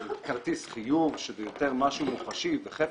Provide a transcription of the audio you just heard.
כרטיס חיוב שזה משהו יותר מוחשי וחפץ,